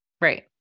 Right